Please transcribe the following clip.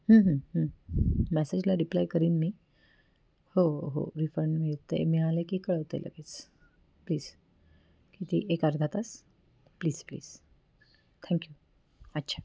मॅसेजला reply करेन मी हो हो रिफंड मिळते मिळाले की कळवते लगेच प्लीज किती एक अर्धा तास प्लीज प्लीज थँक्यू अच्छा